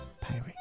Pirate